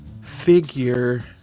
figure